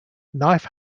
knife